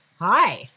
hi